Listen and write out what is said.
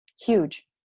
Huge